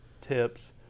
tips